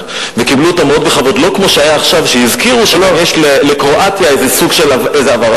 יש לך זכות התשובה,